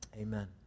Amen